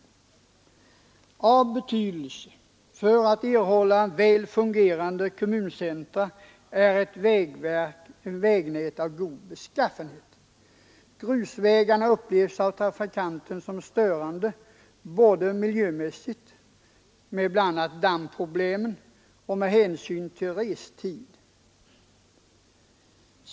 Av betydelse för att erhålla fungerande kommuncentra är ett vägnät med god standard. Grusvägen upplevs av trafikanten som störande både miljömässigt, med bl.a. dammproblem, och med hänsyn till restid.